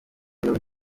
zimwe